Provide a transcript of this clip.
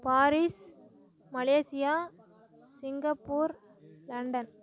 Paris Malaysia Singapore London